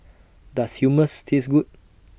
Does Hummus Taste Good